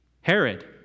Herod